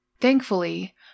Thankfully